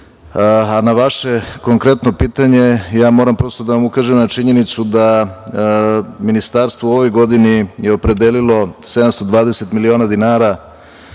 a na vaše konkretno pitanje ja moram prosto da vam ukažem na činjenicu da je Ministarstvo u ovoj godini opredelilo 720 miliona dinara